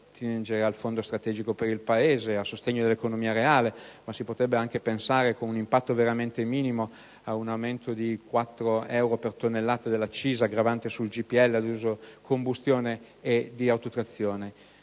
al Fondo strategico per il Paese a sostegno dell'economia reale, ma si potrebbe anche pensare, con un impatto veramente minimo, a un aumento di 4 euro per tonnellata dell'accisa gravante sul GPL ad uso per combustione ed autotrazione.